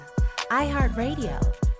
iHeartRadio